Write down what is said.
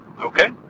Okay